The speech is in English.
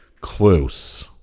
Close